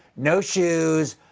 no shoes,